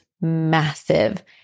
massive